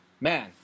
Man